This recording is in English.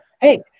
hey